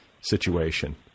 situation